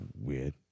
weird